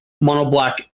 mono-black